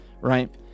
right